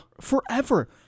Forever